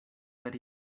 that